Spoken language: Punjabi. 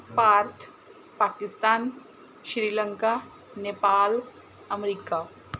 ਭਾਰਤ ਪਾਕਿਸਤਾਨ ਸ਼੍ਰੀ ਲੰਕਾ ਨੇਪਾਲ ਅਮਰੀਕਾ